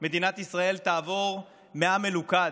מדינת ישראל תעבור מעם מלוכד,